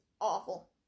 awful